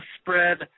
spread